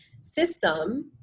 system